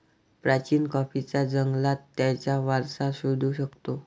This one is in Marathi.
प्राचीन कॉफीच्या जंगलात त्याचा वारसा शोधू शकतो